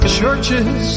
churches